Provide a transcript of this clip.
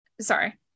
sorry